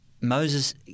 Moses